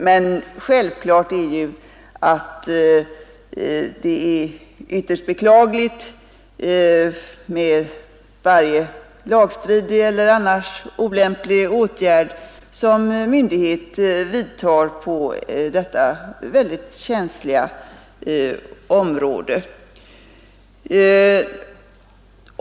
Men självfallet är det ytterst beklagligt med varje lagstridig eller annars olämplig åtgärd som myndighet vidtar på detta väldigt känsliga område.